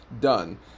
done